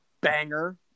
banger